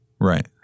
Right